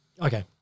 Okay